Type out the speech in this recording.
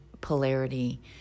polarity